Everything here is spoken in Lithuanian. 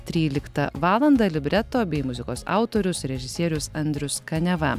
tryliktą valandą libreto bei muzikos autorius režisierius andrius kaniava